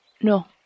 No